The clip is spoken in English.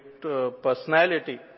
personality